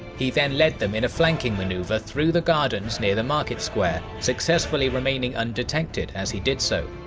he then led them in a flanking maneuver through the gardens near the market square, successfully remaining undetected as he did so.